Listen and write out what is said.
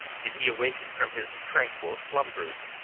did he awaken from his tranquil slumbers.